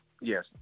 Yes